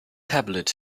tablet